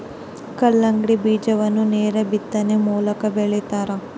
ಕಲ್ಲಂಗಡಿ ಬೀಜವನ್ನು ನೇರ ಬಿತ್ತನೆಯ ಮೂಲಕ ಬೆಳಿತಾರ